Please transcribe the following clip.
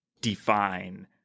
define